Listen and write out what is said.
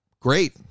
Great